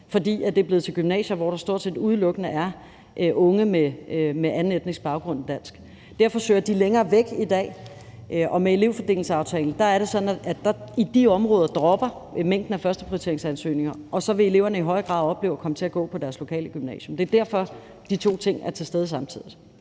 fordi det er blevet til gymnasier, hvor der stort set udelukkende er unge med anden etnisk baggrund end dansk. Derfor søger de længere væk i dag. Og med elevfordelingsaftalen er det sådan, at i de områder falder mængden af imødekomne førsteprioriteringsansøgninger, og så vil eleverne i højere grad opleve at komme til at gå på deres lokale gymnasium. Det er derfor, de to ting er til stede samtidig.